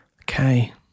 okay